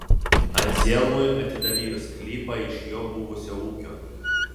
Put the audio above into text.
anzelmui atidalijo sklypą iš jo buvusio ūkio